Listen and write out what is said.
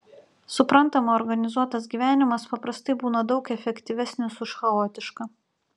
suprantama organizuotas gyvenimas paprastai būna daug efektyvesnis už chaotišką